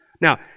Now